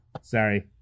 Sorry